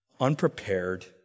unprepared